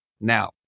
Now